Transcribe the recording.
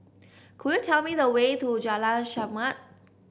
could you tell me the way to Jalan Chermat